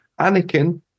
Anakin